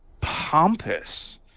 pompous